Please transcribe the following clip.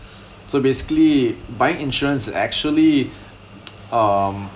so basically buying insurance actually um